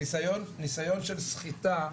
ניסיון של סחיטה,